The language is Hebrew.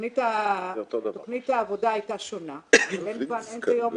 תכנית העבודה הייתה שונה, אין כיום